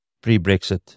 pre-Brexit